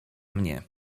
mnie